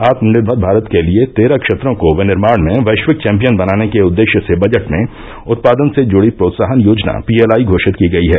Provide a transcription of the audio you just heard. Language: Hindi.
आत्मनिर्भर भारत के लिए तेरह क्षेत्रों को विनिर्माण में वैश्विक चैम्पियन बनाने के उद्देश्य से बजट में उत्पादन से जुड़ी प्रोत्साहन योजना पीएलआई घोषित की गई है